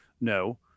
No